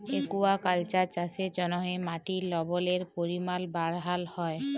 aquaculture চাষের জ্যনহে মাটির লবলের পরিমাল বাড়হাল হ্যয়